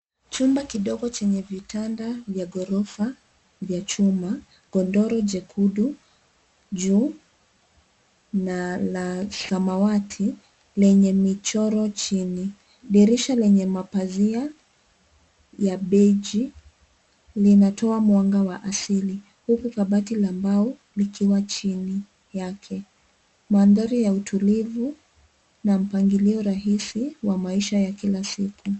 Chumba kidogo chenye vitanda vya ghorofa vya chuma, godoro jekundu juu na samawati lenye michoro chini. Dirisha lenye mapazia ya beige linatoa mwanga wa asili huku kabati la mbao likiwa chini yake. Mandhari ya utulivu na mpangilio rahisi wa maisha ya kila siku.